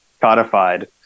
codified